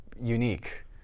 unique